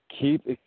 keep